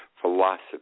philosophy